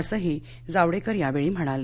असंही जावडेकर यावेळी म्हणाले